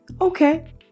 Okay